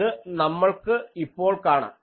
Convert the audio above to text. അത് നമ്മൾക്ക് ഇപ്പോൾ കാണാം